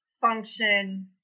function